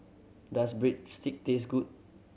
does Breadstick taste good